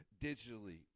digitally